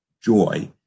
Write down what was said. joy